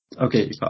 Okay